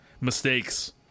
mistakes